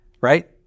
right